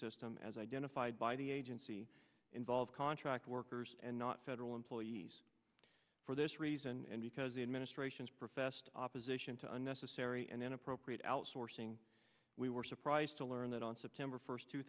system as identified by the agency involve contract workers and not federal employees for this reason and because the administration's professed opposition to unnecessary and inappropriate outsourcing we were surprised to learn that on september first two